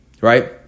Right